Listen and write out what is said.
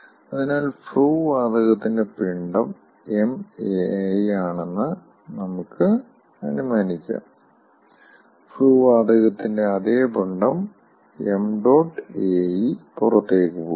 അതിനാൽ ഫ്ലൂ വാതകത്തിന്റെ പിണ്ഡം ṁai ആണെന്ന് നമുക്ക് അനുമാനിക്കാം ഫ്ലൂ വാതകത്തിന്റെ അതേ പിണ്ഡം ṁae പുറത്തേക്ക് പോകുന്നു